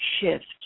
shift